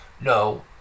No